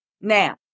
Now